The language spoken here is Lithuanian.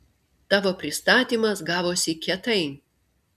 tavo pristatymas gavosi kietai